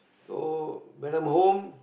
so when I'm home